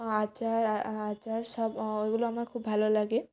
আচার আচার সব ওইগুলো আমার খুব ভালো লাগে